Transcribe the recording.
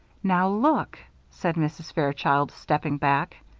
now look! said mrs. fairchild, stepping back.